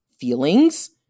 feelings